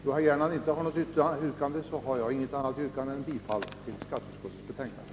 Då herr Gernandt inte hade något yrkande har jag inte heller något annat yrkande än om bifall till skatteutskottets hemställan.